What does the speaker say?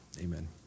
Amen